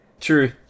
True